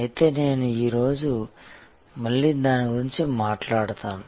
అయితే నేను ఈ రోజు మళ్లీ దాని గురించి మాట్లాడతాను